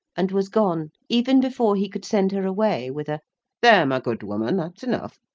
and was gone, even before he could send her away with a there, my good woman, that's enough!